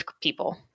people